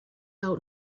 out